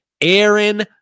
Aaron